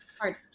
hard